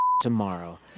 tomorrow